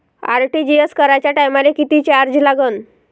RTGS कराच्या टायमाले किती चार्ज लागन?